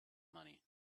money